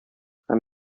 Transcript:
һәм